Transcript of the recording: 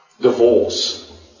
divorce